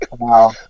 Wow